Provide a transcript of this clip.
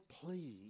please